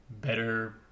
better